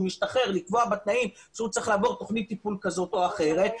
משתחרר שהוא צריך לעבור תוכנית טיפול כזאת או אחרת,